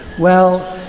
well,